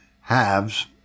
halves